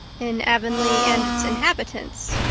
in avonlea and its inhabitants.